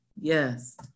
Yes